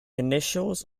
initials